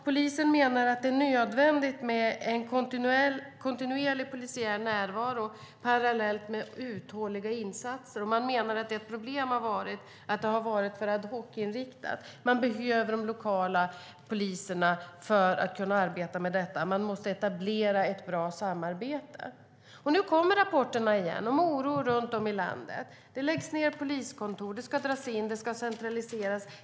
Polisen menar att det är nödvändigt med en kontinuerlig polisiär närvaro parallellt med uthålliga insatser. Man menar att ett problem är att det har varit för ad hoc-inriktat. Man behöver de lokala poliserna för att kunna arbeta med detta. Man måste etablera ett bra samarbete. Nu kommer rapporterna igen om oro runt om i landet. Det läggs ned poliskontor. Det ska dras in, det ska centraliseras.